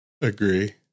Agree